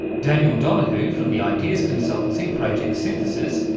daniel donahoo from the ideas consultancy project synthesis,